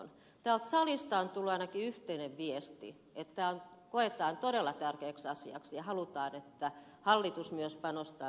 täältä salista on ainakin tullut yhteinen viesti että tämä koetaan todella tärkeäksi asiaksi ja halutaan että hallitus myös panostaa nuorisotyöttömyyden hoitoon